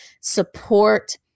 support